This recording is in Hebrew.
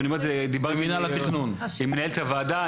דיברתי עם מנהלת הוועדה.